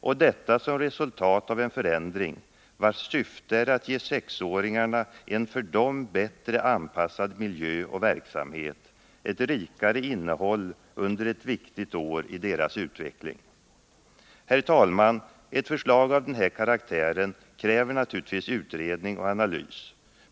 Och detta som resultat av en förändring, vars syfte är att ge sexåringarna en för dem bättre anpassad miljö och verksamhet, ett rikare innehåll under ett viktigt år i deras utveckling. Herr talman! Ett förslag av den här karaktären kräver naturligtvis utredning och analys.